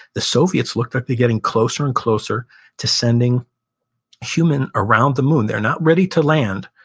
the soviets look like they're getting closer and closer to sending human around the moon. they're not ready to land,